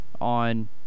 On